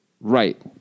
Right